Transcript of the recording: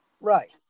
Right